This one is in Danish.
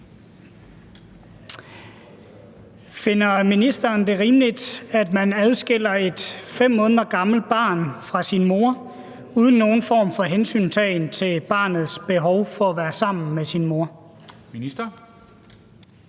Finder ministeren det rimeligt, at man adskiller et 5 måneder gammelt barn fra sin mor uden nogen form for hensyntagen til barnets behov for at være sammen med sin mor?